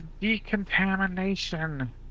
decontamination